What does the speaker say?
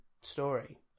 story